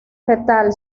fetal